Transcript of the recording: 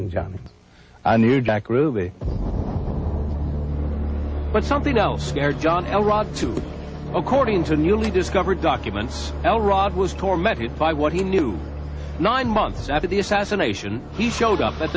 and i knew jack ruby but something else scared john l rod too according to newly discovered documents l rod was tormented by what he knew nine months after the assassination he showed up at